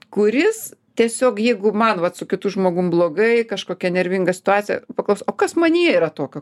kuris tiesiog jeigu man vat su kitu žmogum blogai kažkokia nervinga situacija paklaus o kas manyje yra tokio